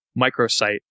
microsite